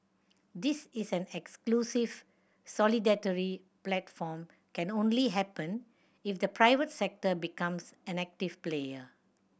this is an exclusive solidarity platform can only happen if the private sector becomes an active player